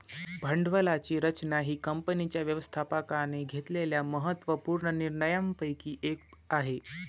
भांडवलाची रचना ही कंपनीच्या व्यवस्थापकाने घेतलेल्या महत्त्व पूर्ण निर्णयांपैकी एक आहे